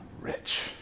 rich